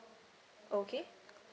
okay